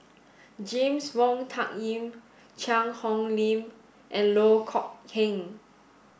James Wong Tuck Yim Cheang Hong Lim and Loh Kok Heng